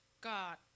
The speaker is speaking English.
God